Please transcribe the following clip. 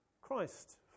Christ